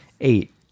eight